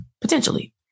potentially